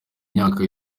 imyaka